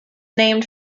named